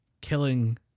killing